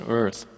earth